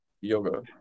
yoga